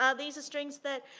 ah these are strings that,